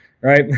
right